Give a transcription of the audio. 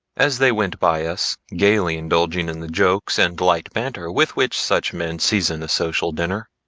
as they went by us gaily indulging in the jokes and light banter with which such men season a social dinner,